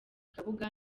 kabuga